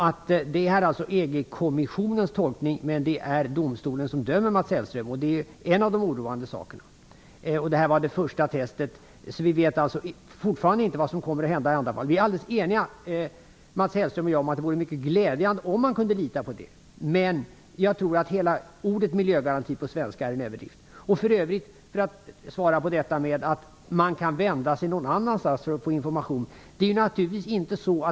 Det är här alltså EG-kommissionens tolkning, men det är domstolen som dömer, Mats Hellström. Det är en av de oroande sakerna. Det här var det första testet, så vi vet alltså fortfarande inte vad som kommer att hända i andra fall. Vi är eniga, Mats Hellström och jag, om att det vore mycket glädjande om man kunde lita på miljögarantin, men jag tror att hela ordet miljögaranti är en överdrift. Mats Hellström säger att man kan vända sig någon annanstans för att få mer information.